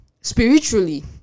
spiritually